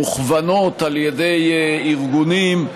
מוכוונות על ידי ארגונים,